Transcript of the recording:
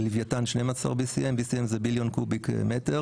ללווייתן BCM 12. BCM זה billion cubic meter,